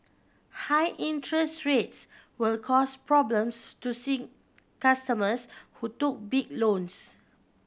high interest rates will cause problems to C customers who took big loans